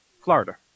Florida